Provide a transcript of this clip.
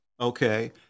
okay